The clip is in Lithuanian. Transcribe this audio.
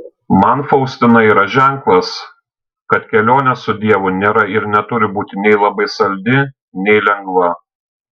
man faustina yra ženklas kad kelionė su dievu nėra ir neturi būti nei labai saldi nei lengva